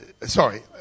sorry